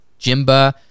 Jimba